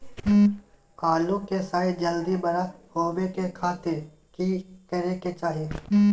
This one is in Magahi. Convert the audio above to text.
आलू के साइज जल्दी बड़ा होबे के खातिर की करे के चाही?